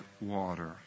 water